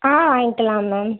ஆ வாங்கிக்கலாம் மேம்